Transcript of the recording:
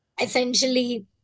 essentially